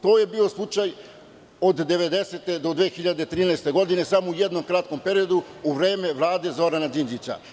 To je bio slučaj od 1990. do 2013. godine samo u jednom kratkom periodu u vreme Vlade Zorana Đinđića.